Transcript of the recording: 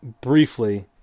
briefly